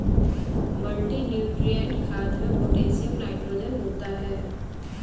multinutrient खाद में potassium nitrogen होता है